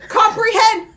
comprehend